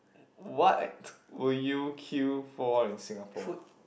what will you queue for in Singapore